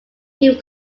came